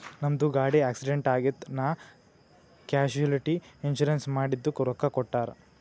ನಮ್ದು ಗಾಡಿ ಆಕ್ಸಿಡೆಂಟ್ ಆಗಿತ್ ನಾ ಕ್ಯಾಶುಲಿಟಿ ಇನ್ಸೂರೆನ್ಸ್ ಮಾಡಿದುಕ್ ರೊಕ್ಕಾ ಕೊಟ್ಟೂರ್